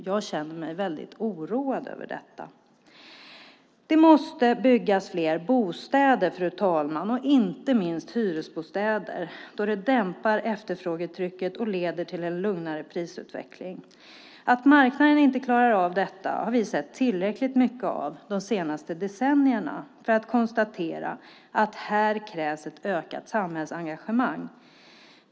Jag känner mig oroad över detta. Fru talman! Det måste byggas fler bostäder, och inte minst hyresbostäder, då det dämpar efterfrågetrycket och leder till en lugnare prisutveckling. Att marknaden inte klarar av detta har vi sett tillräckligt mycket av de senaste decennierna för att kunna konstatera att här krävs ett ökat samhällsengagemang.